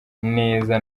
neza